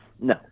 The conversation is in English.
No